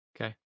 Okay